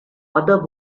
other